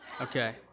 Okay